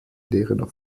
deren